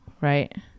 right